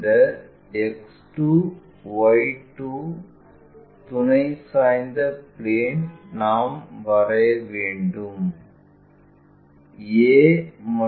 இந்த X 2 Y 2 துணை சாய்ந்த பிளேன் நாம் வரைய வேண்டும்